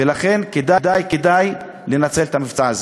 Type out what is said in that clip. ולכן כדאי, כדאי לנצל את ההזדמנות הזאת.